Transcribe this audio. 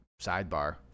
sidebar